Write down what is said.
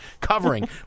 covering